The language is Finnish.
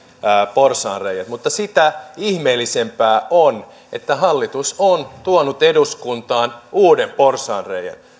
porsaanreiät mutta sitä ihmeellisempää on että hallitus on tuonut eduskuntaan uuden porsaanreiän